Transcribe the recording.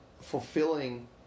fulfilling